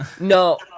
No